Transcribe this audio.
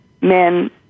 men